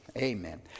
Amen